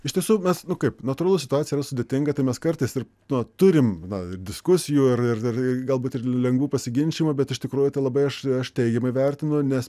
iš tiesų mes nu kaip natūralu situacija yra sudėtinga tai mes kartais ir na turim na ir diskusijų ir ir galbūt ir lengvų pasiginčijimų bet iš tikrųjų tai labai aš aš teigiamai vertinu nes